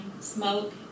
smoke